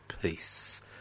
peace